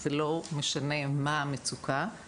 זה לא משנה מה המצוקה,